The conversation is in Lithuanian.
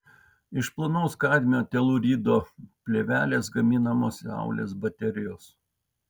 iš plonos kadmio telūrido plėvelės gaminamos saulės baterijos